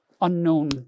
unknown